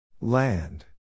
Land